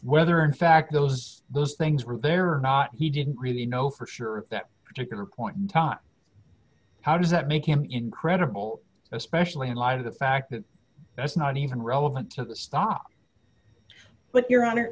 whether in fact those those things were there or not he didn't really know for sure that particular point in time how does that make him incredible especially in light of the fact that that's not even relevant to the stop but your hon